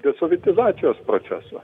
desovietizacijos proceso